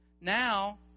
Now